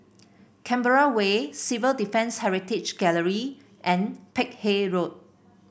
Canberra Way Civil Defence Heritage Gallery and Peck Hay Road